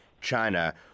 China